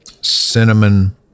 cinnamon